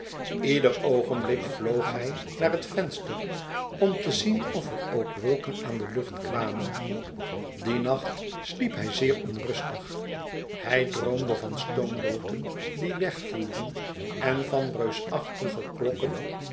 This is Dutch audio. ieder oogenblik vloog hij naar het venster om te zien of er ook wolken aan de lucht kwamen dien nacht sliep hij zeer onrustig hij droomde van stoombooten die wegvoeren en van reusachtige klokken